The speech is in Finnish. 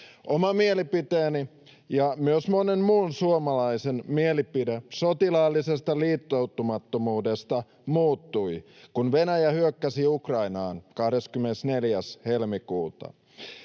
Oma mielipiteeni ja myös monen muun suomalaisen mielipide sotilaallisesta liittoutumattomuudesta muuttui, kun Venäjä hyökkäsi Ukrainaan 24. helmikuuta.